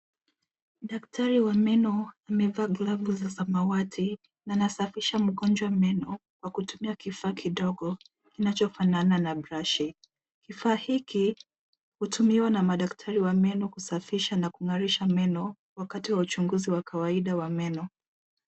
Daktari wa meno amevaa glavu ya samawati na anasafisha mgonjwa meno kwa kutumia kifaa kidogo kinachofanana na brashi. Kifaa hiki, hutumiwa na madktari wa meno kusafisha na kung'arisha meno wakati wa uchunguzi wa kawaida wa meno.